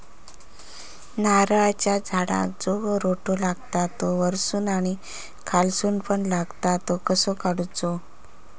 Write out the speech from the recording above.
नारळाच्या झाडांका जो रोटो लागता तो वर्सून आणि खालसून पण लागता तो कसो काडूचो?